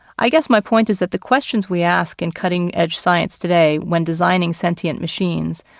i guess my point is that the questions we ask in cutting-edge science today, when designing sentient machines,